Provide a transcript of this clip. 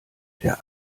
der